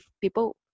People